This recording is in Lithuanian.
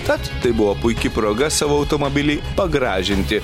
tad tai buvo puiki proga savo automobilį pagražinti